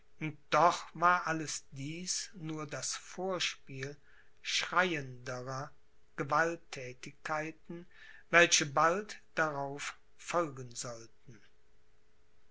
doch war alles dies nur das vorspiel schreienderer gewaltthätigkeiten welche bald darauf folgen sollten